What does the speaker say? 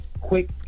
quick